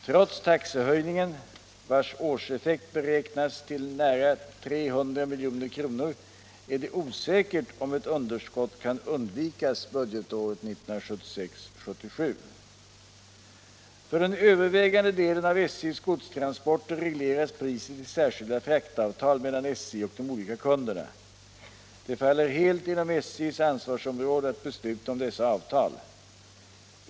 Trots taxehöjningen, vars årseffekt beräknas till nästan 300 milj.kr., är det osäkert om ett underskott kan undvikas budgetåret 1976/77. För den övervägande delen av SJ:s godstransporter regleras priset i särskilda fraktavtal mellan SJ och de olika kunderna. Det faller helt inom SJ:s ansvarsområde att besluta om dessa avtal.